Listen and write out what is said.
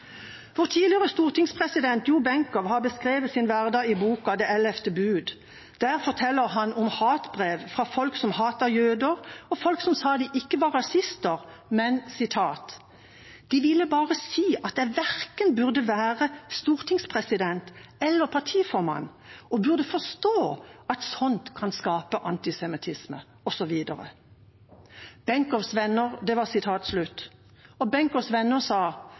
tidligere stortingspresident Jo Benkow har beskrevet sin hverdag i boka Det ellevte bud. Der forteller han om hatbrev fra folk som hater jøder, og folk som sa de ikke var rasister, men – som han sa – de ville bare si at jeg verken burde være stortingspresident eller partiformann, og burde forstå at sånt kan skape antisemittisme, osv. Benkows venner sa: Ikke bry deg. Han sa